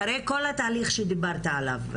אחרי כל התהליך שדיברת עליו,